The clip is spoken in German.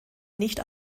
nicht